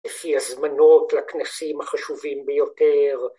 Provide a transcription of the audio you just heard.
‫לפי הזמנות לכנסים החשובים ביותר.